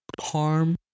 harm